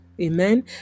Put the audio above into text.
Amen